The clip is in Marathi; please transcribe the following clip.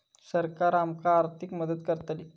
सरकार आमका आर्थिक मदत करतली?